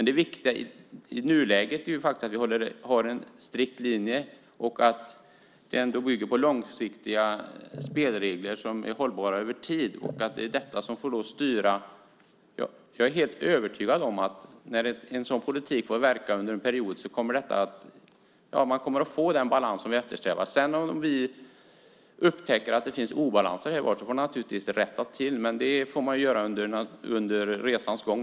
Det viktiga i nuläget är att vi har en strikt linje och att den bygger på långsiktiga spelregler som är hållbara över tid, och att det är detta som får styra. Jag är helt övertygad om att när en sådan politik får verka under en period kommer vi att få den balans som vi eftersträvar. Om vi sedan upptäcker att det finns obalanser här och var får vi naturligtvis rätta till det, men det får vi i så fall göra under resans gång.